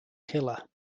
killer